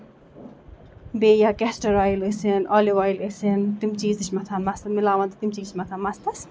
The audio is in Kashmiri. بیٚیہِ کیسٹر اوٚیِل ٲسنۍ آلیو اوٚیِل ٲسنۍ تِم چیٖز تہِ چھِ مَتھان مَستَس مِلاوان تہٕ تِم چیٖز چھ مَتھان مَستَس